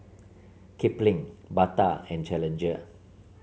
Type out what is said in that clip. Kipling Bata and Challenger